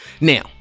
Now